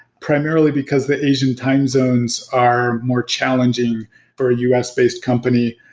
primarily because the asian time zones are more challenging for us-based company.